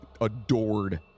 adored